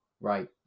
Right